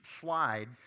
slide